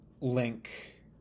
link